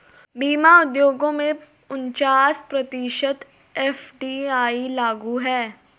बीमा उद्योग में उनचास प्रतिशत एफ.डी.आई लागू है